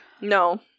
no